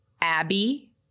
Abby